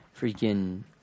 freaking